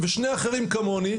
ושני אחרים כמוני,